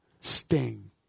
sting